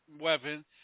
Weapon